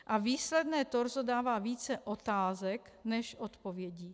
A výsledné torzo dává více otázek než odpovědí.